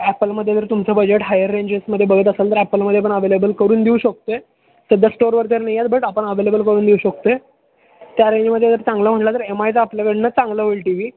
ॲपलमध्ये जर तुमचं budget higher रेंजेसमध्ये बघत असाल तर ॲपलमध्ये पण अवेलेबल करून देऊ शकतो आहे सध्या स्टोअरवर तर नाही आहेत बट आपण अवेलेबल करून देऊ शकतो आहे त्या रेंजमध्ये जर चांगलं म्हणाला तर एम आयचा आपल्याकडून चांगलं होईल टी व्ही